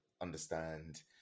understand